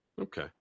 okay